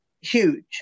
huge